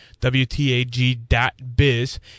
WTAG.biz